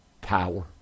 power